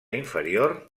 inferior